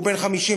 הוא בן 56,